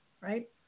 right